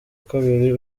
kabiri